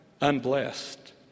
unblessed